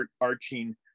arching